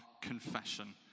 confession